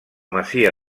masia